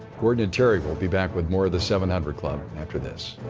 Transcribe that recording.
gordon and terry will be back with more of the seven hundred club, after this.